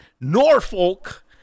Norfolk